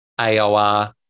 AOR